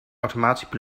automatische